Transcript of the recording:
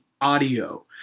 audio